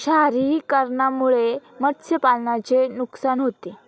क्षारीकरणामुळे मत्स्यपालनाचे नुकसान होते